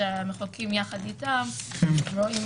המחוקקים יחד איתם, רואים